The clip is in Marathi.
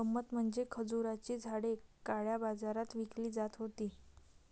गंमत म्हणजे खजुराची झाडे काळ्या बाजारात विकली जात होती